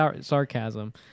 sarcasm